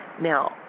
now